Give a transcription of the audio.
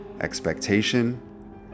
expectation